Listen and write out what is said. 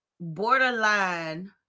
borderline